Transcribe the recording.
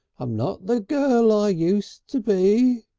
i'm not the girl i use to be.